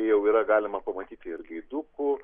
jau yra galima pamatyti ir gaidukų